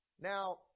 Now